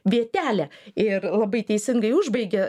vietelę ir labai teisingai užbaigia